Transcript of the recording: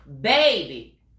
baby